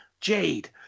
Jade